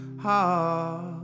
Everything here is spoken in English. heart